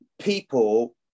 People